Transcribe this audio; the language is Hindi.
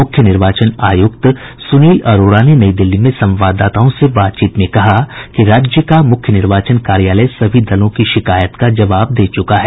मुख्य निर्वाचन आयुक्त सुनील अरोड़ा ने नई दिल्ली में संवाददाताओं से बातचीत में कहा कि राज्य का मुख्य निर्वाचन कार्यालय सभी दलों की शिकायत का जबाव दे चुका है